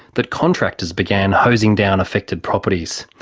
that contractors began hosing down affected properties,